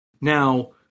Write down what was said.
Now